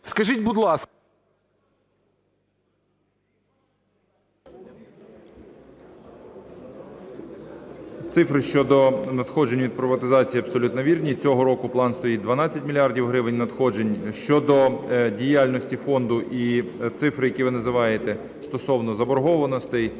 Цифри щодо надходжень від приватизації абсолютно вірні. Цього року план стоїть 12 мільярдів гривень надходжень. Щодо діяльності фонду і цифри, які ви називаєте стосовно заборгованостей,